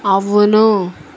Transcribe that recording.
అవును